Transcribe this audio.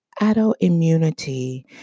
autoimmunity